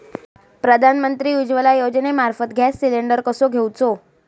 प्रधानमंत्री उज्वला योजनेमार्फत gas cylinder कसो घेऊचो?